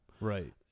Right